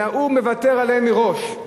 אלא מוותר עליהן מראש,